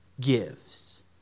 gives